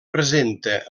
presenta